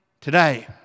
today